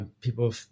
People